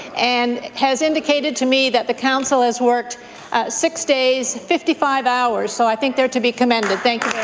and has indicated to me that the council has worked six days, fifty five hours. so i think they are to be commended. thank